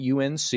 UNC